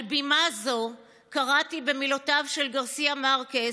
על בימה זו, קראתי במילותיו של גרסיה מארקס: